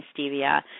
stevia